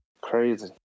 Crazy